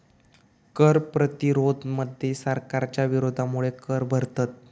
कर प्रतिरोध मध्ये सरकारच्या विरोधामुळे कर भरतत